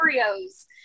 oreos